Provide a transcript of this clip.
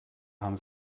haben